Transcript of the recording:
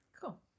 Cool